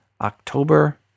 October